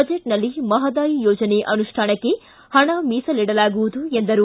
ಬಜೆಟ್ನಲ್ಲಿ ಮಹದಾಯಿ ಯೋಜನೆ ಅನುಷ್ಟಾನಕ್ಕೆ ಹಣ ಮೀಸಲಿಡಲಾಗುವುದು ಎಂದರು